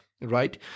right